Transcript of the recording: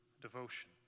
devotion